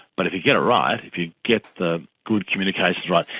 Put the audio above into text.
but if you get it right, if you get the good communications right,